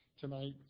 Tonight